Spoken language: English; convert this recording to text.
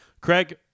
Craig